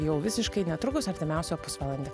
jau visiškai netrukus artimiausią pusvalandį